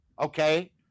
Okay